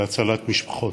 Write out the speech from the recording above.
זה הצלת משפחות.